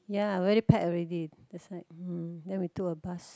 ya very packed already that's why mm then we took a bus